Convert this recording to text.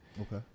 Okay